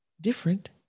Different